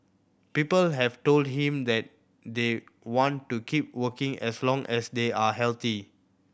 people have told him that they want to keep working as long as they are healthy